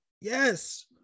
Yes